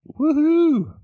Woohoo